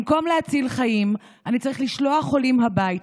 במקום להציל חיים אני צריך לשלוח חולים הביתה.